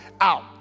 out